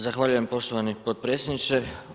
Zahvaljujem poštovani potpredsjedniče.